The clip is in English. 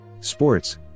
Sports